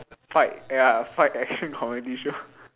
fight ya fight action comedy show